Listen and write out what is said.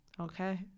Okay